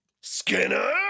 skinner